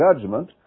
judgment